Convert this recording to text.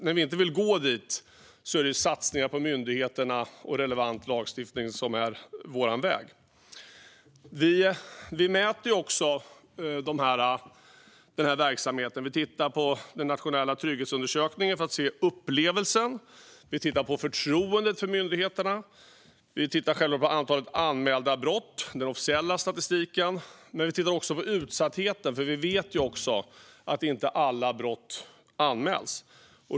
När vi inte vill gå dit är det dock satsningar på myndigheterna och relevant lagstiftning som är vår väg. Vi mäter också den här verksamheten. Vi tittar på Nationella trygghetsundersökningen för att se upplevelsen, och vi tittar på förtroendet för myndigheterna. Vi tittar på själva antalet anmälda brott, alltså den officiella statistiken, men vi tittar också på utsattheten. Vi vet nämligen att alla brott inte anmäls.